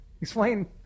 Explain